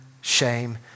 shame